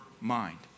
mind